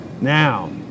now